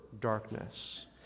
darkness